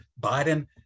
Biden